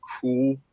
cool